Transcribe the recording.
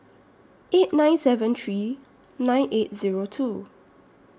eight nine seven three nine eight Zero two